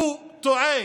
הוא טועה.